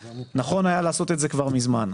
אז נכון היה לעשות את זה כבר מזמן.